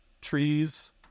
trees